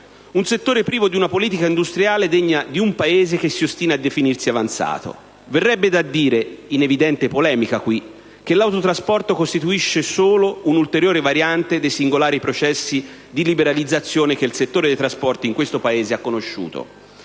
un settore privo di una politica industriale degna di un Paese che si ostina a definirsi avanzato. Verrebbe da dire, in evidente polemica, che l'autotrasporto costituisce solo una ulteriore variante dei singolari processi di liberalizzazione che il settore dei trasporti in questo Paese ha conosciuto.